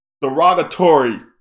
derogatory